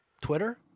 Twitter